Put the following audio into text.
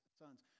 sons